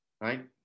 right